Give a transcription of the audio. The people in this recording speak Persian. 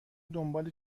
دنبال